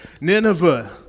Nineveh